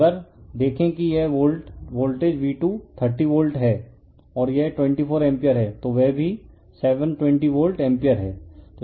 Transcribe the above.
refer slide time 1419 तो अगर देखें कि यह वोल्टेज V2 30 वोल्ट है और यह 24 एम्पीयर है तो वह भी 720 वोल्ट एम्पीयर है